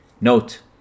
Note